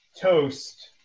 toast